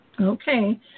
Okay